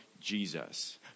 Jesus